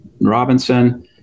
Robinson